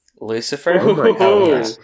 Lucifer